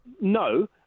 no